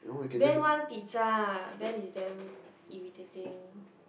Ben want pizza Ben is damn irritating